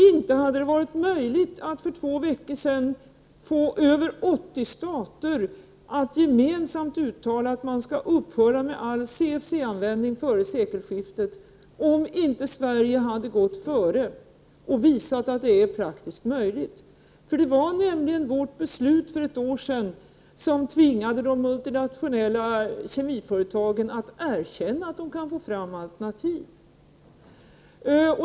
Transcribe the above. Inte hade det varit möjligt att för två veckor sedan få över 80 stater att gemensamt uttala att man skall upphöra med all CFC-användning före sekelskiftet, om inte Sverige hade gått före och visat att det är praktiskt möjligt. Det var nämligen vårt beslut för ett år sedan som tvingade de multinationella kemiföretagen att erkänna att de kan få fram alternativ.